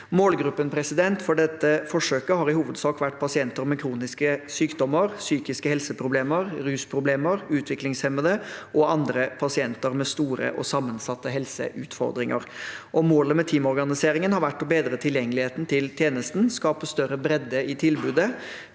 Målgruppen for dette forsøket har i hovedsak vært pasienter med kroniske sykdommer, psykiske helseproblemer, rusproblemer, utviklingshemmede og andre pasienter med store og sammensatte helseutfordringer. Målet med teamorganiseringen har vært å bedre tilgjengeligheten til tjenesten, skape større bredde i tilbudet,